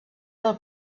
del